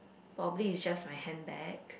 probably it's just my handbag